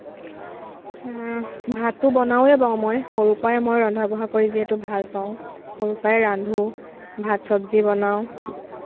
ভাতো বনাওঁৱেই বাৰু মই সৰুৰে পৰা মই ৰন্ধা বঢ়া কৰি যিহেতু ভাল পাওঁ সৰুৰে পৰা ৰান্ধোঁ ভাত চব্জি বনাওঁ